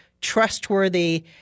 trustworthy